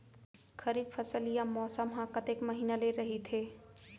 खरीफ फसल या मौसम हा कतेक महिना ले रहिथे?